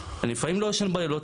אני לפעמים לא ישן בלילות.